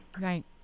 Right